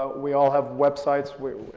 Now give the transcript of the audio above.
but we all have websites where,